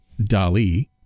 Dali